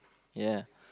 ya